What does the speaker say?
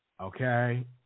okay